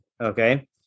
okay